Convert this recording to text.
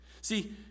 See